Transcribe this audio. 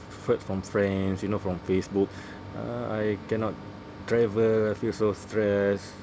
heard from friends you know from Facebook uh I cannot travel I feel so stressed